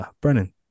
Brennan